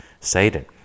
satan